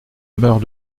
meurs